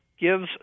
gives